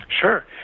Sure